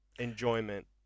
Enjoyment